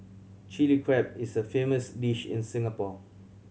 Chilli Crab is a famous dish in Singapore